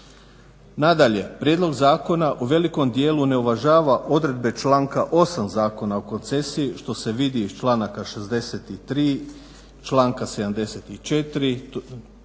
Nadalje prijedlog zakona u velikom djelu ne uvažava odredbe članka 8. Zakona o koncesiji što se vidi iz članaka 63., članka 74.,